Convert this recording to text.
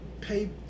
pay